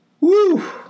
Woo